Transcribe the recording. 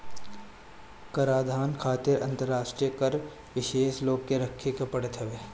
कराधान खातिर अंतरराष्ट्रीय कर विशेषज्ञ लोग के रखे के पड़त हवे